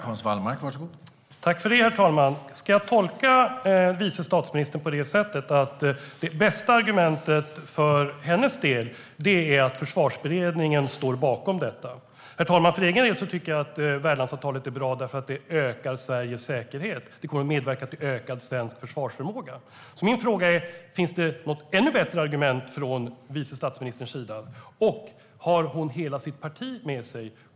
Herr talman! Ska jag tolka vice statsministern på det sättet att det bästa argumentet för hennes del är att Försvarsberedningen står bakom detta? Herr talman! För egen del tycker jag att värdlandsavtalet är bra, eftersom det ökar Sveriges säkerhet. Det kommer att medverka till ökad svensk försvarsförmåga. Min fråga är därför: Finns det något ännu bättre argument från vice statsministerns sida, och har hon hela sitt parti med sig?